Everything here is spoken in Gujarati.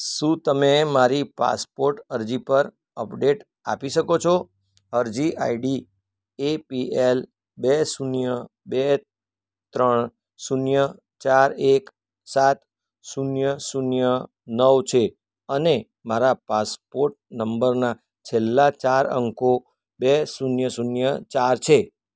શું તમે મારી પાસપોર્ટ અરજી પર અપડેટ આપી શકો છો અરજી આઈડી એપીએલ બે શૂન્ય બે ત્રણ શૂન્ય ચાર એક સાત શૂન્ય શૂન્ય નવ છે અને મારા પાસપોર્ટ નંબરના છેલ્લા ચાર અંકો બે શૂન્ય શૂન્ય ચાર છે